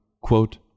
quote